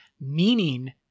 meaning